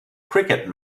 cricket